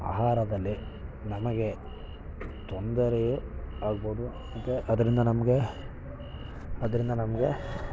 ಆಹಾರದಲ್ಲೇ ನಮಗೆ ತೊಂದರೆ ಆಗಬಹುದು ಮತ್ತೆ ಅದರಿಂದ ನಮಗೆ ಅದರಿಂದ ನಮಗೆ